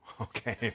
okay